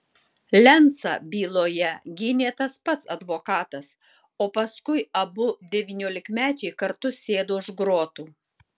lencą byloje gynė tas pats advokatas o paskui abu devyniolikmečiai kartu sėdo už grotų